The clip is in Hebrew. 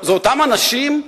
זה אותם אנשים?